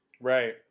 right